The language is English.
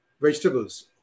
vegetables